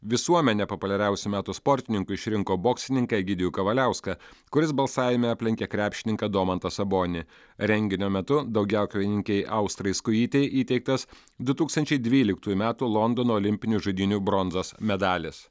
visuomenė populiariausiu metų sportininku išrinko boksininką egidijų kavaliauską kuris balsavime aplenkė krepšininką domantą sabonį renginio metu daugiakovininkei austrai skujytei įteiktas du tūkstančiai dvyliktųjų metų londono olimpinių žaidynių bronzos medalis